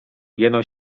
jeno